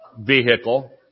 vehicle